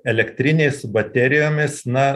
elektrinės baterijomis na